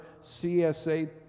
CSA